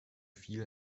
viel